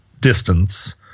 distance